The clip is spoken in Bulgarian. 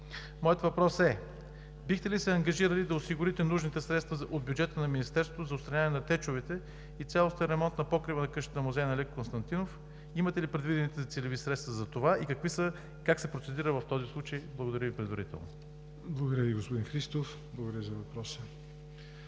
Моят въпрос е: бихте ли се ангажирали да осигурите нужните средства от бюджета на Министерството за отстраняване на течовете и цялостен ремонт на покрива на къщата музей на Алеко Константинов? Имате ли предвидени целеви средства за това? И как се процедира в този случай? Благодаря Ви предварително. ПРЕДСЕДАТЕЛ ЯВОР НОТЕВ: Благодаря Ви, господин Христов, за въпроса.